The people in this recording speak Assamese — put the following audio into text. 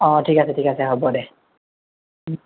অ ঠিক আছে ঠিক আছে হ' ব দে